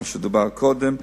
מה שדובר קודם.